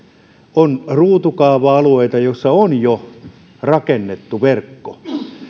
on ruutukaava alueita joissa on jo rakennettu verkko